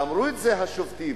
ואמרו את זה השובתים: